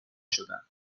شدم